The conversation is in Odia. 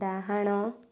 ଡାହାଣ